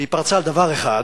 והיא פרצה על דבר אחד,